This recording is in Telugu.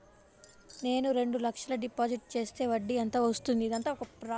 నేను రెండు లక్షల డిపాజిట్ చేస్తే వడ్డీ ఎంత వస్తుంది?